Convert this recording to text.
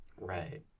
Right